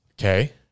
Okay